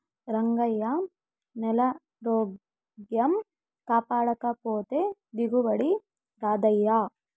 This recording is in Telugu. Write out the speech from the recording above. రంగయ్యా, నేలారోగ్యం కాపాడకపోతే దిగుబడి రాదయ్యా